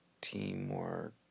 teamwork